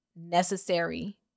necessary